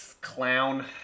clown